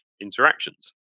interactions